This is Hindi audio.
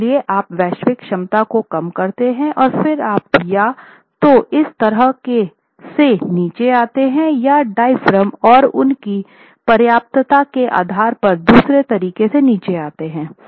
इसलिए आप वैश्विक क्षमता को कम करते हैं और फिर आप या तो इस तरह से नीचे आते हैं या डायाफ्राम और उनकी पर्याप्तता के आधार पर दूसरे तरीके से नीचे आते हैं